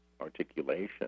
articulation